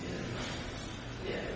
yeah yeah